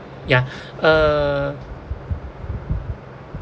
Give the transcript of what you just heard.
ya uh